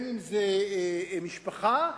משפחה,